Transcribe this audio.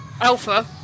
alpha